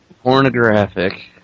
Pornographic